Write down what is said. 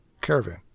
Caravan